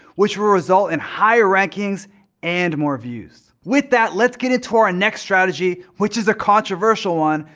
which will result in higher rankings and more views. with that, let's get into our and next strategy, which is a controversial one,